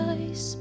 ice